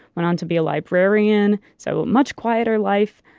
went on to be a librarian, so a much quieter life.